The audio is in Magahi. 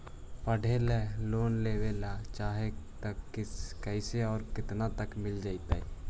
पढ़े ल लोन लेबे ल चाह ही त कैसे औ केतना तक मिल जितै?